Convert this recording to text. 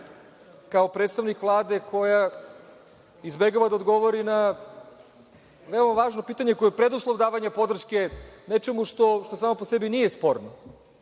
kao predstavnik Vlade koja izbegava da odgovori na veoma važno pitanje koje je preduslov davanja podrške nečemu što samo po sebi nije sporno.